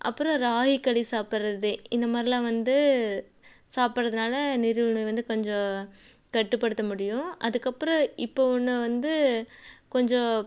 அப்புறம் ராகி களி சாப்பிட்றது இந்தமாதிரிலாம் வந்து சாப்புட்றதனால நீரிழிவு நோய் வந்து கொஞ்சம் கட்டுப்படுத்த முடியும் அதுக்கப்புறம் இப்போது ஒன்று வந்து கொஞ்சம்